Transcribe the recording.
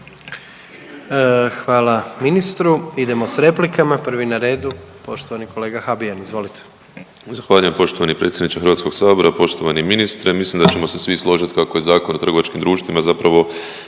Hvala ministru. Idemo sa replikama. Prvi na redu poštovani kolega Habijan, izvolite. **Habijan, Damir (HDZ)** Zahvaljujem poštovani predsjedniče Hrvatskog sabora, poštovani ministre. Mislim da ćemo se svi složiti kako je Zakon o trgovačkim društvima zapravo